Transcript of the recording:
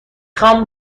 خوام